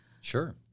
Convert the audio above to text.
Sure